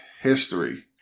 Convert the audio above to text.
history